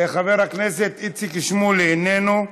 חבר הכנסת איציק שמולי, איננו,